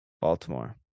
Baltimore